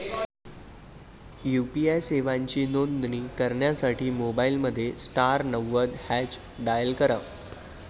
UPI सेवांची नोंदणी करण्यासाठी मोबाईलमध्ये स्टार नव्वद हॅच डायल करा